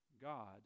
God